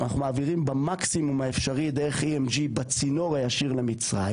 אנחנו מעבירים במקסימום האפשרי דרךEMG בצינור הישיר למצרים.